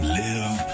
live